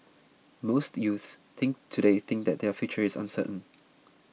most youths think today think that their future is uncertain